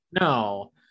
No